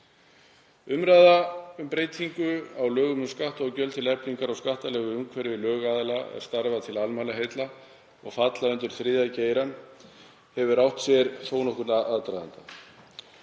Umræða um breytingu á lögum um skatta og gjöld til eflingar á skattalegu umhverfi lögaðila sem starfa til almannaheilla og falla undir þriðja geirann hefur átt sér þó nokkurn aðdraganda.